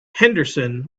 henderson